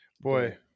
Boy